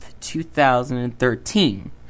2013